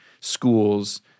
schools